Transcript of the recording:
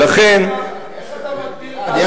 איך אתה מגדיר, בממשלה?